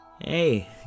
Hey